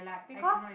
because